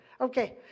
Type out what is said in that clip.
Okay